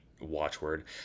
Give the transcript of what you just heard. watchword